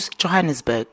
Johannesburg